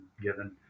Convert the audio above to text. given